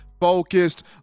Focused